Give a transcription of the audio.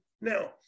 Now